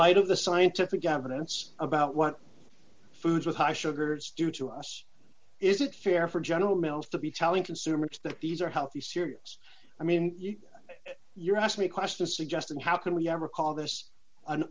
light of the scientific evidence about what foods with high sugar it's do to us is it fair for general mills to be telling consumers that these are healthy serious i mean you're asked me questions suggesting how can we ever call this an